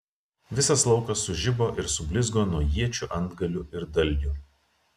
visas laukas sužibo ir sublizgo nuo iečių antgalių ir dalgių